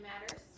matters